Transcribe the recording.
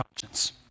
conscience